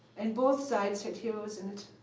and both sides had heroes and